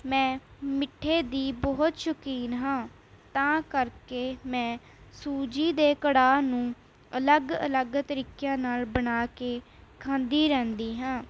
ਮੈਂ ਮਿੱਠੇ ਦੀ ਬਹੁਤ ਸ਼ੌਕੀਨ ਹਾਂ ਤਾਂ ਕਰਕੇ ਮੈਂ ਸੂਜੀ ਦੇ ਕੜਾਹ ਨੂੰ ਅਲੱਗ ਅਲੱਗ ਤਰੀਕਿਆਂ ਨਾਲ ਬਣਾ ਕੇ ਖਾਂਦੀ ਰਹਿੰਦੀ ਹਾਂ